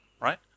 right